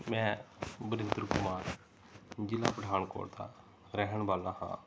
ਮੈਂ ਵਰਿੰਦਰ ਕੁਮਾਰ ਜ਼ਿਲ੍ਹਾ ਪਠਾਨਕੋਟ ਦਾ ਰਹਿਣ ਵਾਲਾ ਹਾਂ